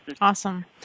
Awesome